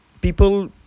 people